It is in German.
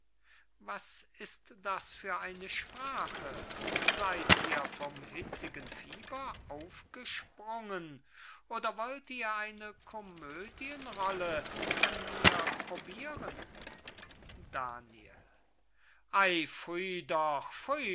was ist das für eine sprache seyd ihr vom hitzigen fieber aufgesprungen oder wollt ihr eine komödien rolle an mir probiren daniel